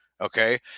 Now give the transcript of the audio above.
Okay